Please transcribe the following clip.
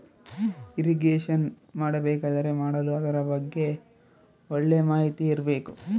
irrigation ಮಾಡಬೇಕಾದರೆ ಮಾಡಲು ಅದರ ಬಗ್ಗೆ ಒಳ್ಳೆ ಮಾಹಿತಿ ಇರ್ಬೇಕು